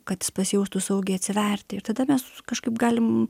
kad jis pasijaustų saugiai atsiverti ir tada mes kažkaip galim